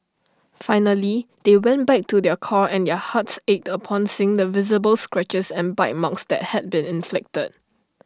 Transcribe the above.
finally they went back to their car and their hearts ached upon seeing the visible scratches and bite marks had been inflicted